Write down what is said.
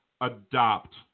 adopt